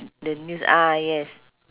the news ah yes